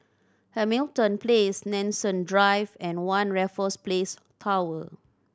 Hamilton Place Nanson Drive and One Raffles Place Tower